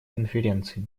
конференции